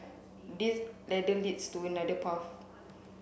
this ladder leads to another path